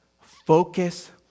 focus